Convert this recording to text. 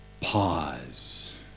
Pause